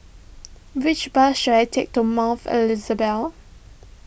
which bus should I take to Mouth Elizabeth